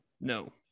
No